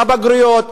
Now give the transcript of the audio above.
בבגרויות.